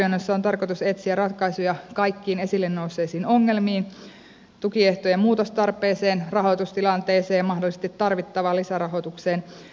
arvioinnissa on tarkoitus etsiä ratkaisuja kaikkiin esille nousseisiin ongelmiin tukiehtojen muutostarpeeseen rahoitustilanteeseen ja mahdollisesti tarvittavaan lisärahoitukseen